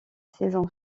saison